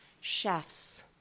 Chefs